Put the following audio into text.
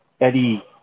Eddie